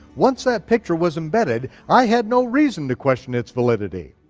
once that picture was embedded, i had no reason to question its validity.